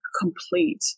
complete